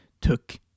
took